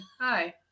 Hi